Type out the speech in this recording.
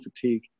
fatigue